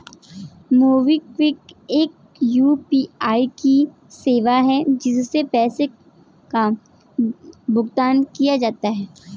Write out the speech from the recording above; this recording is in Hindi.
मोबिक्विक एक यू.पी.आई की सेवा है, जिससे पैसे का भुगतान किया जाता है